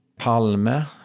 Palme